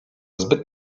zbyt